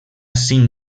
cinc